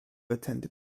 attended